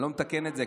אני לא מתקן את זה,